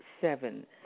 seven